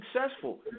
successful